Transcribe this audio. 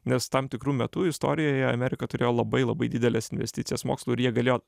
nes tam tikru metu istorijoje amerika turėjo labai labai dideles investicijas mokslui ir jie galėjo